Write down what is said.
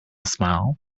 smile